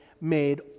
made